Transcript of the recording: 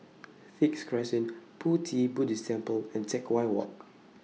Sixth Crescent Pu Ti Buddhist Temple and Teck Whye Walk